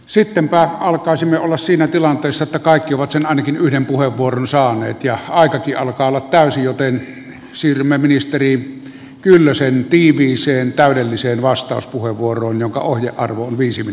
sittenpähän alkaisi olla siinä tilanteessa kaikki ovat sen ainakin yhden puheenvuoron saa nyt ja aika pian olla täysin joten silmä ministeri kyllösen tiiviiseen täydelliseen vastauspuheenvuoron kun tässä on viisi l